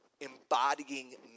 embodying